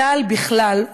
"צה"ל בכלל,